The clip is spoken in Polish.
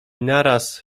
naraz